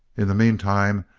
in the meantime,